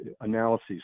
analyses